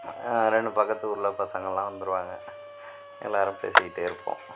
ரெண்டு பக்கத்து ஊர்ல பசங்கலாம் வந்திருவாங்க எல்லாரும் பேசிக்கிட்டே இருப்போம்